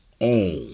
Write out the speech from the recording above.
own